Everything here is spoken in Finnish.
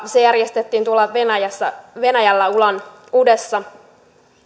se järjestettiin tuolla venäjällä ulan udessa